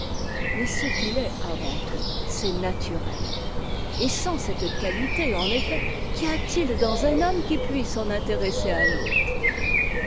mais ce qu'il est avant tout c'est naturel et sans cette qualité en effet qu'y a-t-il dans un homme qui puisse en intéresser un autre